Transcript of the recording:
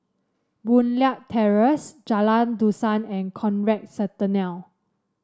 Boon Leat Terrace Jalan Dusun and Conrad Centennial